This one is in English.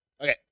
Okay